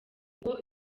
ngo